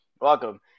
Welcome